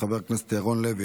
חבר הכנסת ירון לוי,